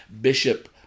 Bishop